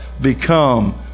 become